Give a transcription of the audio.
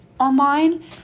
online